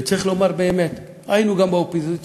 וצריך לומר, באמת: היינו גם באופוזיציה